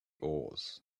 oars